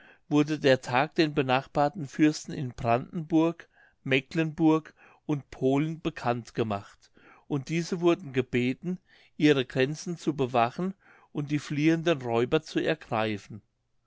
wurde der tag den benachbarten fürsten in brandenburg mecklenburg und polen bekannt gemacht und diese wurden gebeten ihre grenzen zu bewachen und die fliehenden räuber zu ergreifen